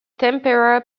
tempera